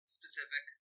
specific